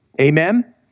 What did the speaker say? Amen